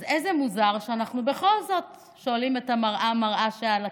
אז איזה מוזר שאנחנו בכל זאת שואלים "מראה המראה שעל הקיר,